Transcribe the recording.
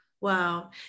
Wow